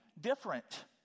different